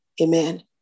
Amen